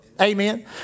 Amen